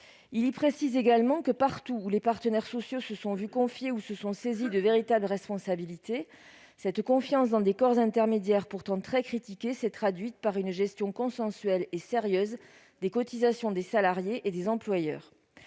précise également que, « partout où les partenaires sociaux se sont vu confier ou se sont saisis de véritables responsabilités, cette confiance dans des corps intermédiaires pourtant très critiqués s'est traduite par une gestion consensuelle et sérieuse des cotisations des salariés et des employeurs